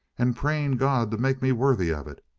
and praying god to make me worthy of it.